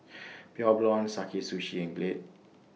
Pure Blonde Sakae Sushi and Glade